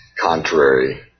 contrary